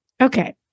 Okay